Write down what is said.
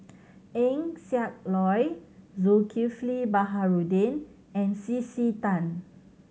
Eng Siak Loy Zulkifli Baharudin and C C Tan